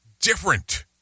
different